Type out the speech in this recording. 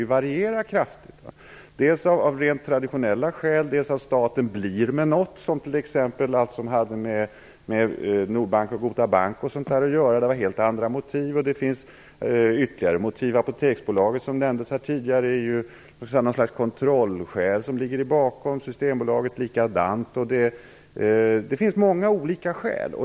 Det gör det dels av rent traditionella skäl, dels därför att staten "blir med något", t.ex. det som hade med Nordbanken och Gota bank att göra; det var ju helt andra motiv. Det finns exempel på ytterligare motiv såsom Apoteksbolaget, som nämndes tidigare, där ett slags kontrollskäl ligger bakom, liksom vad gäller Systembolaget. Det finns således många olika skäl.